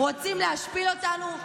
רוצים להשפיל אותנו?